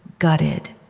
gutted,